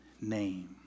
name